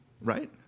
right